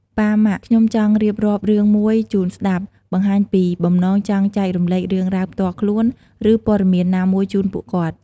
ប៉ា ម៉ាក់ ខ្ញុំចង់រៀបរាប់រឿងមួយជូនស្ដាប់ បង្ហាញពីបំណងចង់ចែករំលែករឿងរ៉ាវផ្ទាល់ខ្លួន ឬព័ត៌មានណាមួយជូនពួកគាត់។